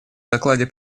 докладе